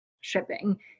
shipping